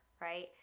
right